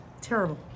Terrible